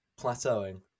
Plateauing